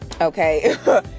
okay